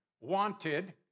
wanted